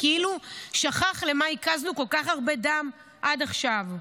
כאילו שכח למה הקזנו כל כך הרבה דם עד עכשיו.